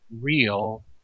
real